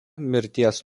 mirties